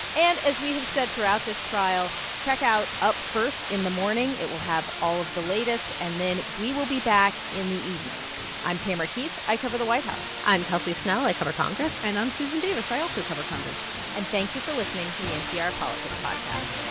and as we have said throughout this trial, check out up first in the morning. it will have all of the latest. and then we will be back in the evening i'm tamara keith. i cover the white house i'm kelsey snell. i cover congress and i'm susan davis. i also cover congress and thank you for listening to the npr politics podcast